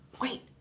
wait